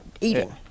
eating